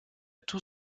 tout